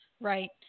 Right